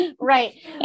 Right